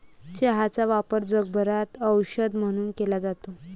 चहाचा वापर जगभरात औषध म्हणून केला जातो